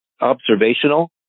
observational